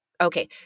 Okay